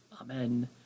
amen